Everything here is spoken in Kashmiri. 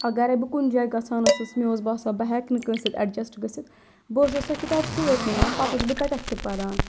اگرے بہٕ کُنہِ جایہِ گژھان ٲسٕس مےٚ اوس باسان بہٕ ہیٚکہٕ نہٕ کٲنٛسہِ سۭتۍ ایڈجَسٹ گٔژھِتھ بہٕ ٲسٕس سۄ کِتاب سۭتۍ نِوان پَتہٕ ٲسٕس بہٕ تَتؠتھ تہِ پَران